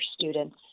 students